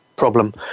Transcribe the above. problem